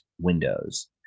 Windows